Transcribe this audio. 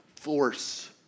force